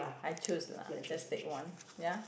I choose lah just take one ya